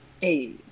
Hey